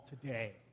today